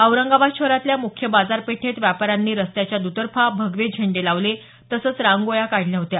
औरंगाबाद शहरातल्या मुख्य बाजारपेठेत व्यापाऱ्यांनी रस्त्याच्या दतर्फा भगवे झेंडे लावले तसंच रांगोळ्या काढल्या होत्या